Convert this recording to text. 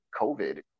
COVID